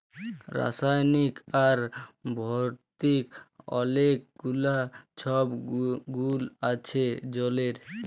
রাসায়লিক আর ভতিক অলেক গুলা ছব গুল আছে জলের